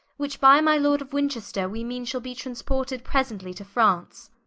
which by my lord of winchester we meane shall be transported presently to france